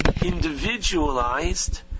individualized